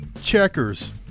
Checkers